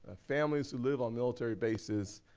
ah families who live on military bases,